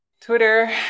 Twitter